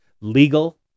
legal